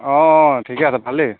অঁ অঁ ঠিকে আছে ভালেই